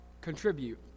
contribute